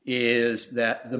is that the